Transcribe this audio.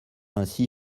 ainsi